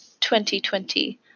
2020